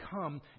come